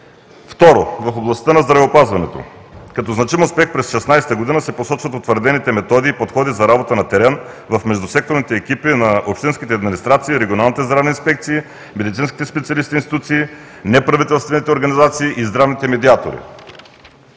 Второ – в областта на здравеопазването. Като значим успех през 2016 г. се посочват утвърдените методи и подходи за работа на терен в междусекторните екипи на общинските администрации, регионалните здравни инспекции, медицинските специалисти и институции, неправителствените организации и здравните медиатори.